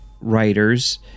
writers